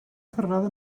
cyrraedd